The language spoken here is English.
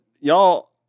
y'all